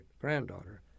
granddaughter